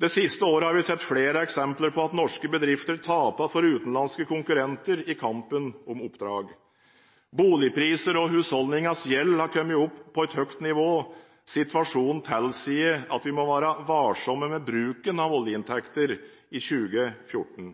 Det siste året har vi sett flere eksempler på at norske bedrifter taper for utenlandske konkurrenter i kampen om oppdrag. Boligpriser og husholdningenes gjeld har kommet opp på et høyt nivå. Situasjonen tilsier at vi må være varsomme med bruken av oljeinntekter i 2014.